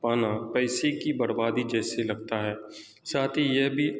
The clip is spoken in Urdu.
پانا پیسے کی بربادی جیسے لگتا ہے ساتھ ہی یہ بھی